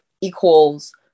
equals